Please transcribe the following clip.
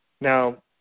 Now